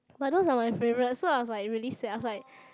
but those are my favourite so I was like really sad I was like